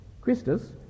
Christus